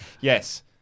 Yes